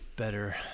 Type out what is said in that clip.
better